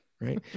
right